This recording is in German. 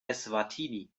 eswatini